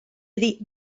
iddi